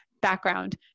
background